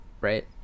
right